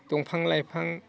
दंफां लाइफां